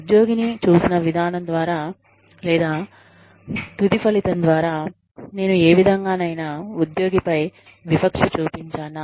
ఉద్యోగినీ చూసిన విధానం ద్వారా లేదా తుది ఫలితం ద్వారా నేను ఏ విధంగానైనా ఉద్యోగిపై వివక్ష చూపించానా